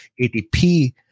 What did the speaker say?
ATP